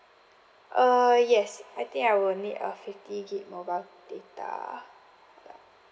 err yes I think I will need a fifty gig mobile data ya